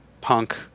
punk